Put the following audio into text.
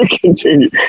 Continue